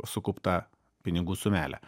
sukauptą pinigų sumelę